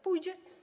Pójdzie?